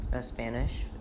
Spanish